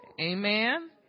Amen